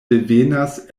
devenas